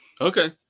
Okay